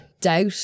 doubt